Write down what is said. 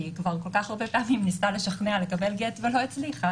כי כבר כל-כך הרבה פעמים היא ניסתה לשכנע לקבל גט ולא הצליחה,